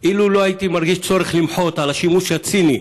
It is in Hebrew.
אילו לא הייתי צורך למחות על השימוש הציני.